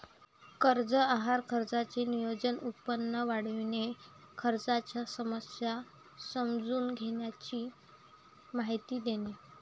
कर्ज आहार खर्चाचे नियोजन, उत्पन्न वाढविणे, खर्चाच्या समस्या समजून घेण्याची माहिती देणे